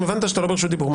אם הבנת שאתה לא ברשות דיבור,